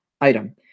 item